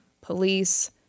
Police